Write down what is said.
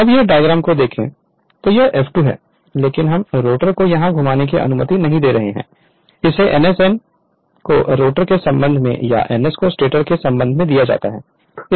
अब यह डायग्राम में देखें तो यह F2 है लेकिन हम रोटर को यहाँ घुमाने की अनुमति नहीं दे रहे हैं इसे ns n को रोटर के संबंध में या ns को स्टेटर के संबंध में दिया जाता है